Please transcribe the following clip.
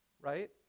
right